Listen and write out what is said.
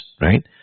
right